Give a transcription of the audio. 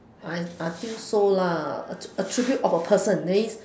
I I think so lah att~ attribute of a person that means